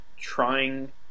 trying